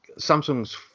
Samsung's